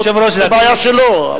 זה בעיה שלו.